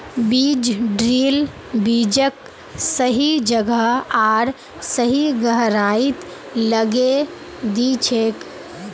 बीज ड्रिल बीजक सही जगह आर सही गहराईत लगैं दिछेक